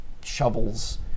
shovels